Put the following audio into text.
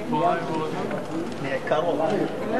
בעלי-חיים (הגנה על בעלי-חיים) (תיקון,